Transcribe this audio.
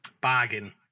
Bargain